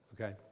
okay